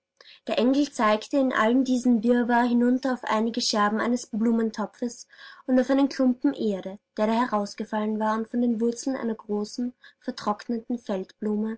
der engel zeigte in allen diesen wirrwarr hinunter auf einige scherben eines blumentopfes und auf einen klumpen erde der da herausgefallen war und von den wurzeln einer großen vertrockneten feldblume